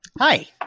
Hi